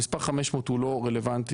המספר 500 הוא לא רלוונטי,